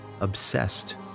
obsessed